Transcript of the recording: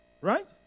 Right